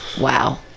Wow